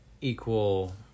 equal